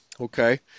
Okay